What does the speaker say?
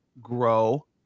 grow